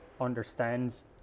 understands